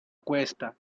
cuesta